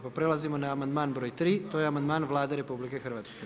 Pa prelazimo na amandman broj tri, to je amandman Vlade RH.